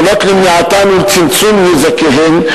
פעולות למניעתן ולצמצום נזקיהן,